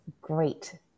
great